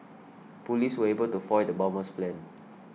police were able to foil the bomber's plan